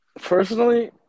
Personally